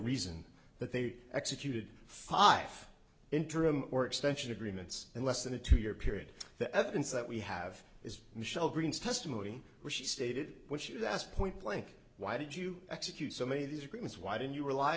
reason that they executed five interim or extension agreements in less than a two year period the evidence that we have is michelle green's testimony which she stated when she was asked point blank why did you execute so many these agreements why did you rely